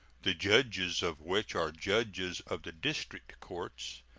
the judges of which are judges of the district courts,